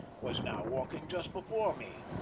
was now walking just before me,